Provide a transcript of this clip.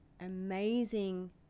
amazing